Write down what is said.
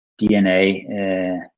DNA